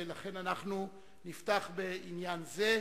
לכן אנחנו נפתח בעניין זה.